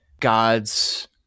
God's